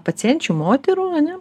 pacienčių moterų ane